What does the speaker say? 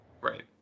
right